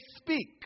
speak